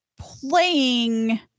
playing